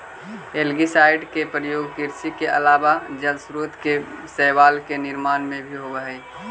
algicide के प्रयोग कृषि के अलावा जलस्रोत के शैवाल के निवारण में भी होवऽ हई